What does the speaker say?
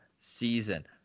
season